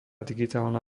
digitálna